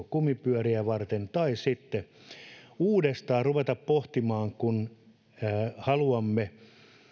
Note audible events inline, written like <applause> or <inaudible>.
<unintelligible> kumipyöriä varten tai sitten on uudestaan ruvettava pohtimaan asiaa kun haluamme